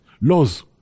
laws